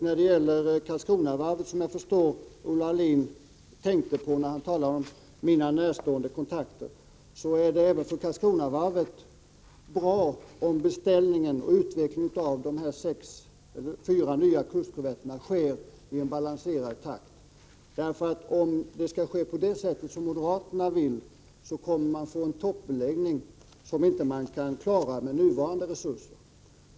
Även för Karlskronavarvet — jag förstår att Olle Aulin tänkte på det när han talade om mina närstående kontakter — är det bra om beställningen och utvecklingen av de fyra nya kustkorvetterna sker i en balanserad takt. Om det skall ske på det sätt som moderaterna vill, kommer man att få en toppbelastning som man inte kan klara med nuvarande resurser.